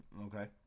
Okay